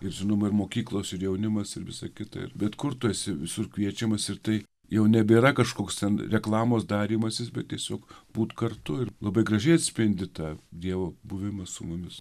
ir žinoma ir mokyklos ir jaunimas ir visa kita ir bet kur tu esi visur kviečiamas ir tai jau nebėra kažkoks ten reklamos darymasis bet tiesiog būt kartu ir labai gražiai atspindi tą dievo buvimą su mumis